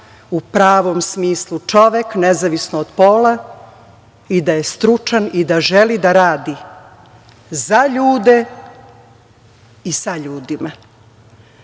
u pravom smislu čovek, nezavisno od pola i da je stručan i da želi da radi za ljude i sa ljudima.I